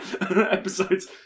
episodes